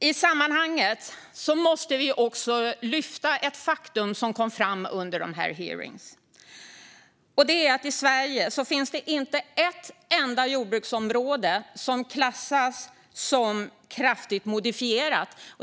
I sammanhanget måste vi också lyfta ett faktum som kom fram under hearingarna, nämligen att det i Sverige inte finns ett enda jordbruksområde som klassas som kraftigt modifierat.